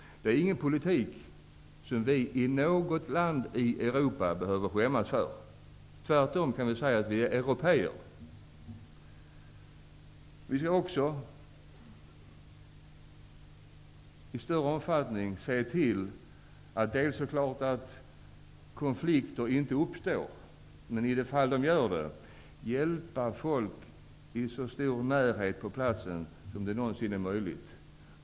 Det är en politik som vi inte behöver skämmas för i något land i Europa. Tvärtom kan vi säga att vi är européer. Vi skall också i större omfattning se till dels naturligtvis att konflikter inte uppstår, dels att om de ändå gör det hjälpa folk så nära deras hemmiljö som möjligt.